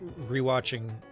rewatching